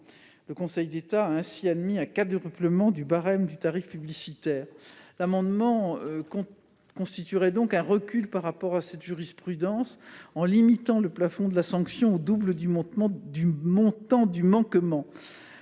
le Conseil d'État a ainsi admis un quadruplement du barème du tarif publicitaire. La disposition prévue par cet amendement constituerait un recul par rapport à cette jurisprudence, en limitant le plafond de la sanction au double du montant du manquement.